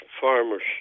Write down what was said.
farmer's